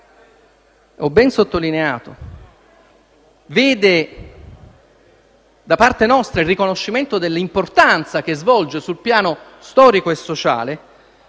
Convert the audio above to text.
ho ben sottolineato che vede da parte nostra il riconoscimento dell'importanza che svolge sul piano storico e sociale